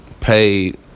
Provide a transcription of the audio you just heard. paid